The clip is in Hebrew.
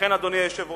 לכן, אדוני היושב-ראש,